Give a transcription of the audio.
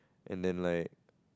and then like